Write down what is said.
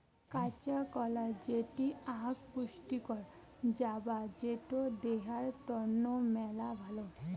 কাঁচা কলা যেটি আক পুষ্টিকর জাবা যেটো দেহার তন্ন মেলা ভালো